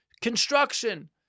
construction